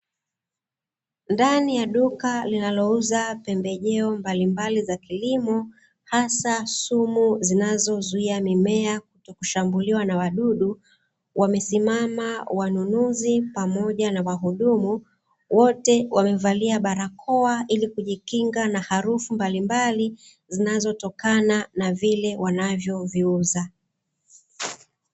Ndani ya duka linalouza pembejeo mbalimbali za kilimo hasa sumu zinazozuia mimea kushambuliwa na wadudu, wamesimama wanunuzi pamoja na wahudumu wote wamevalia barakoa ili kujikinga na harufu mbalimbali zinazotokana na vile wanavyoviuza.